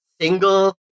single